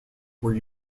were